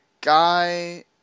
guy